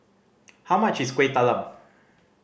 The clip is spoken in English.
how much is Kuih Talam